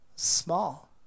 small